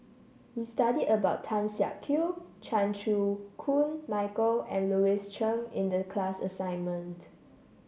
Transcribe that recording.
we studied about Tan Siak Kew Chan Chew Koon Michael and Louis Chen in the class assignment